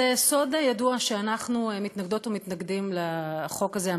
זה סוד ידוע שאנחנו מתנגדות ומתנגדים לחוק הזה,